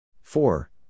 Four